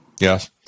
Yes